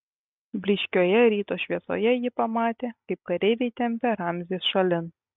blyškioje ryto šviesoje ji pamatė kaip kareiviai tempia ramzį šalin